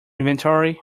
inventory